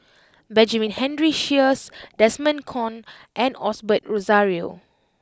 Benjamin Henry Sheares Desmond Kon and Osbert Rozario